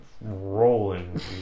rolling